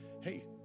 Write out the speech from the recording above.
Hey